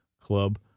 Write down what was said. club